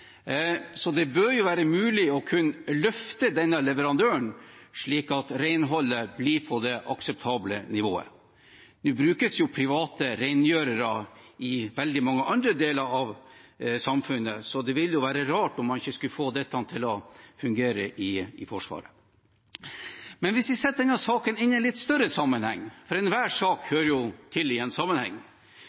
Det bør være mulig å kunne løfte denne leverandøren slik at renholdet blir på det akseptable nivået. Det brukes private rengjørere i veldig mange andre deler av samfunnet, så det ville være rart om man ikke skulle få dette til å fungere i Forsvaret. Hvis vi setter denne saken inn i en litt større sammenheng, for enhver sak hører til i en sammenheng